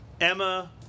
Emma